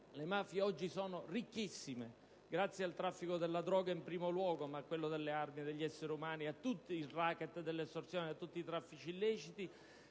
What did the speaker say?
Le mafie oggi sono ricchissime, grazie al traffico della droga in primo luogo, ma anche a quello delle armi, a quello degli esseri umani, al *racket* e all'estorsione, a tutti i traffici illeciti: